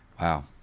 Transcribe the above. Wow